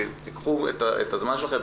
תקחו את הזמן שלכם,